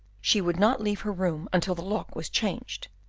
she would not leave her room until the lock was changed,